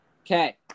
okay